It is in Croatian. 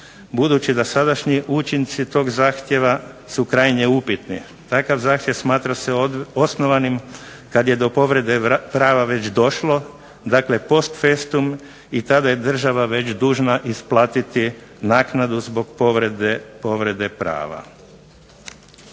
budući da sadašnji učinci tog zahtjeva su krajnje upitni. Takav zahtjev smatra se osnovanim kad je do povrede prava već došlo, dakle post festum i tada je država već dužna isplatiti naknadu zbog povrede prava.